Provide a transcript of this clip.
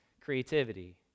Creativity